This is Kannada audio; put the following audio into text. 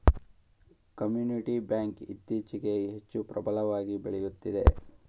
ಕಮ್ಯುನಿಟಿ ಬ್ಯಾಂಕ್ ಇತ್ತೀಚೆಗೆ ಹೆಚ್ಚು ಪ್ರಬಲವಾಗಿ ಬೆಳೆಯುತ್ತಿದೆ